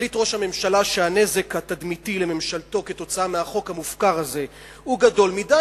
החליט ראש הממשלה שהנזק התדמיתי לממשלתו מהחוק המופקר הזה הוא גדול מדי,